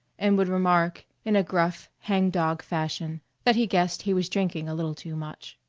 and would remark in a gruff, hang-dog fashion that he guessed he was drinking a little too much.